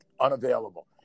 unavailable